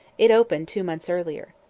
it opened two months earlier.